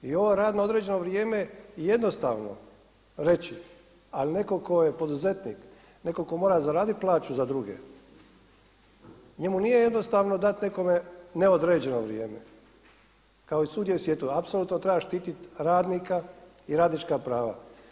I ovaj rad na određeno vrijeme i jednostavno reći, ali netko tko je poduzetnik, netko tko mora zaraditi plaću za druge njemu nije jednostavno dati nekome neodređeno vrijeme, kao i svugdje u svijetu apsolutno treba štiti radnika i radnička prava.